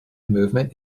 movement